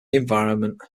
environment